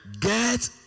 get